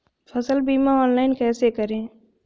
फसल बीमा ऑनलाइन कैसे करें?